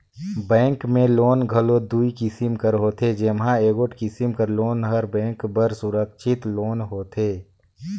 bank में loan घलो दुई किसिम कर होथे जेम्हां एगोट किसिम कर लोन हर बेंक बर सुरक्छित लोन होथे